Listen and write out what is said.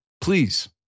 please